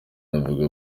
avuga